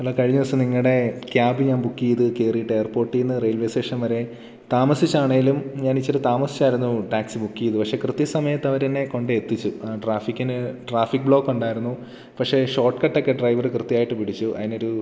hello കഴിഞ്ഞ ദിവസം നിങ്ങളുടെ ക്യാബ് ഞാൻ ബുക്ക് ചെയ്ത് കയറിയിട്ട് എയർപോട്ടിൽ നിന്ന് റെയിൽവേ സ്റ്റേഷൻ വരെ താമസിച്ചാണെങ്കിലും ഞാൻ ഇത്തിരി താമസിച്ചായിരുന്നു ടാക്സി ബുക്ക് ചെയ്തു പക്ഷേ കൃത്യ സമയത്ത് അവർ എന്നെ കൊണ്ട് എത്തിച്ചു ട്രാഫിക്കിന് ട്രാഫിക് ബ്ലോക്ക് ഉണ്ടായിരുന്നു പക്ഷേ ഷോർട്ട് കട്ട് ഒക്കെ ഡ്രൈവർ കൃത്യമായിട്ട് പിടിച്ചു അതിനൊരു